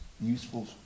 useful